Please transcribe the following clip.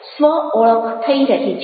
સ્વ ઓળખ થઈ રહી છે